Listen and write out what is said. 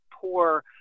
poor